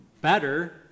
better